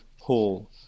hall